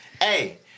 Hey